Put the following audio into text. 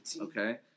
Okay